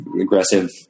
aggressive